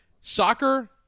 Soccer